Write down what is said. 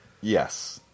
Yes